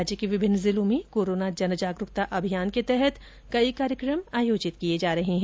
राज्य के विभिन्न जिलों में कोरोना जनजागरुकता अभियान के तहत कई कार्य क्र म आयोजित किये जा रहे हैं